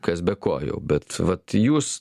kas be ko jau bet vat jūs